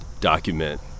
document